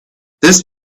this